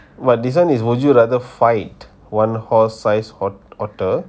but this one is would you rather fight one horse sized ot~ otter